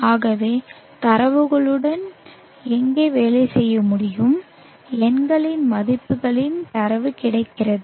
ஆகவே தரவுகளுடன் எங்கே வேலை செய்ய முடியும் எண்களின் மதிப்புகளில் தரவு கிடைக்கிறது